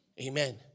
Amen